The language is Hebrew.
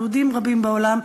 יהודים רבים בעולם,